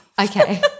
Okay